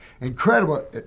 Incredible